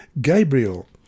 Gabriel